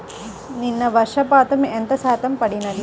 నిన్న వర్షము ఎంత శాతము పడినది?